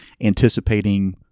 Anticipating